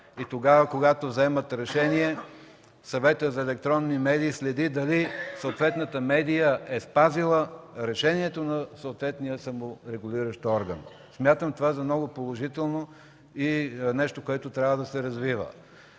а когато вземат решение, Съветът за електронни медии следи дали съответната медия е спазила решението на съответния саморегулиращ орган. Смятам това за много положително, за нещо, което трябва да продължи